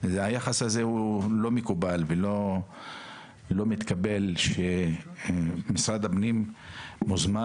היחס הזה לא מקובל ולא מתקבל שמשרד הפנים מוזמן